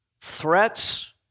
threats